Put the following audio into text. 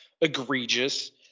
egregious